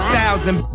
thousand